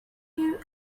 who